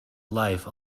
life